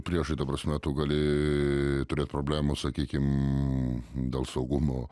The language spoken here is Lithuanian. priešai ta prasme tu gali turėt problemų sakykim dėl saugumo